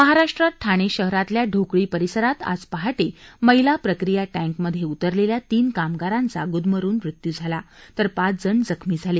महाराष्ट्रात ठाणे शहरातल्या ढोकळी परिसरात आज पहाटे मैला प्रक्रिया टैंकमध्ये उतरलेल्या तीन कामगारांचा गुदमरून मृत्यू झाला तर पाच जण जखमी झाले